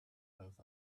both